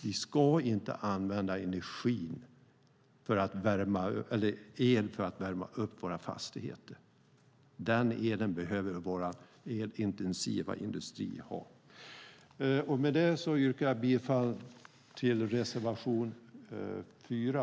Vi ska inte använda el för att värma upp våra fastigheter. Den elen behöver vår elintensiva industri ha. Med det yrkar jag bifall till reservation 4.